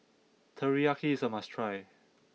Teriyaki is a must try